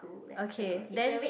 okay then